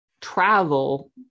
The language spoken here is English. travel